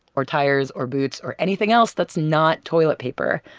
or tires, or boots. or anything else that's not toilet paper.